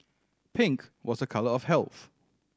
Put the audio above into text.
pink was a colour of health